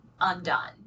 undone